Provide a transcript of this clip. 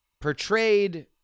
portrayed